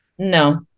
no